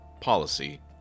policy